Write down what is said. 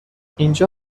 اینجا